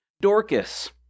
Dorcas